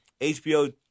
HBO